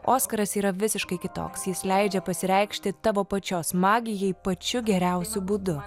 oskaras yra visiškai kitoks jis leidžia pasireikšti tavo pačios magijai pačiu geriausiu būdu